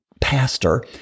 pastor